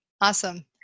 Awesome